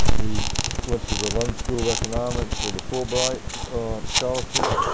he went to the london school of economics with a fulbright scholarship,